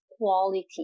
quality